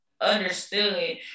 understood